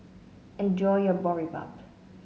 enjoy your Boribap